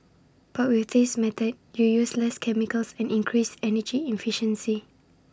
but with this method you use less chemicals and increase energy efficiency